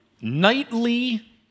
Nightly